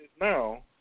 now